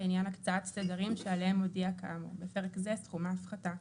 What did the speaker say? לעניין הקצאת תדרים שעליהם הודיע כאמור בפרק זה סכום ההפחתה.